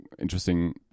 interesting